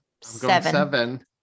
Seven